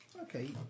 Okay